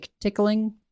tickling